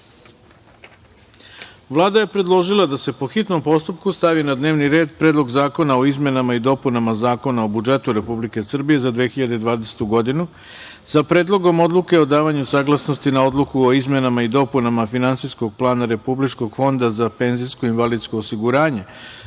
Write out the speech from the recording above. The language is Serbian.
je predložila da se po hitnom postupku stavi na dnevni red Predlog zakona o izmenama i dopunama Zakona o budžetu Republike Srbije za 2020. godinu, sa Predlogom odluke o davanju saglasnosti na Odluku o izmenama i dopunama Finansijskog plana Republičkog fonda za penzijsko i invalidsko osiguranje